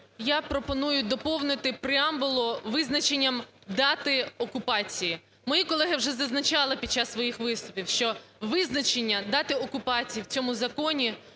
я пропоную доповнити преамбулу визначенням дати окупації. Мої колеги вже зазначали під час своїх виступів, що визначення дати окупації в цьому законі